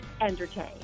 entertain